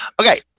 Okay